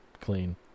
clean